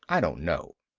i don't know.